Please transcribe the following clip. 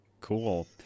Cool